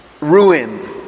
ruined